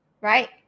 right